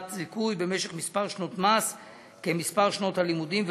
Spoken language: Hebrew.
זיכוי במשך מספר שנות מס כמספר שנות הלימודים,